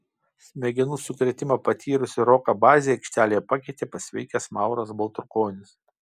smegenų sukrėtimą patyrusį roką bazį aikštelėje pakeitė pasveikęs mauras baltrukonis